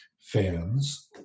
fans